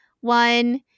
One